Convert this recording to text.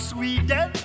Sweden